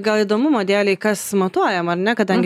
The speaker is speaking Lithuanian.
gal įdomumo dėlei kas matuojama ar ne kadangi